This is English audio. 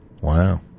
Wow